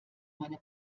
meine